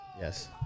yes